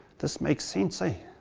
this makes sense, ah?